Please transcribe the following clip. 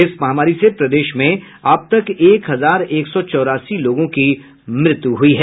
इस महामारी से प्रदेश में अब तक एक हजार एक सौ चौरासी लोगों की मौत हुई है